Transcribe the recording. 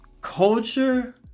culture